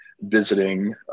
visiting